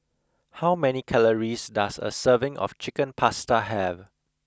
how many calories does a serving of Chicken Pasta have